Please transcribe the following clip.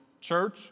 church